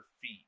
feet